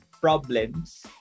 problems